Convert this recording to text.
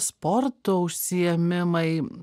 sporto užsiėmimai